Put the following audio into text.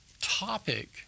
topic